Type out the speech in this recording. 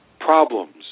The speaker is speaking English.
problems